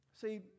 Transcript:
See